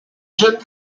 jeunes